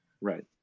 Right